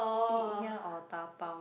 eat here or dabao